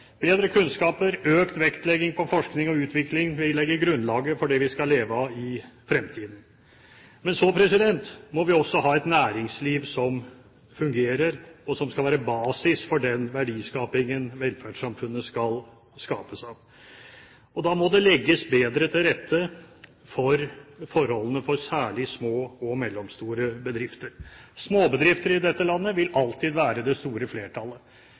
bedre. Bedre kunnskaper og økt vektlegging på forskning og utvikling vil legge grunnlaget for det vi skal leve av i fremtiden. Men så må vi også ha et næringsliv som fungerer, og som skal være basis for den verdiskapingen velferdssamfunnet skal bygges på. Da må det legges bedre til rette for forholdene for særlig små og mellomstore bedrifter. Småbedrifter i dette landet vil alltid være det store flertallet.